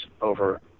over